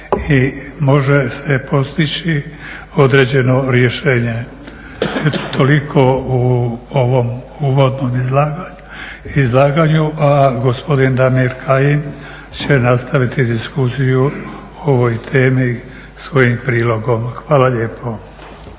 može se postići određeno rješenje. Eto toliko u ovom uvodnom izlaganju, a gospodin Damir Kajin će nastaviti diskusiju o ovoj temi svojim prilogom. Hvala lijepo.